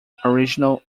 original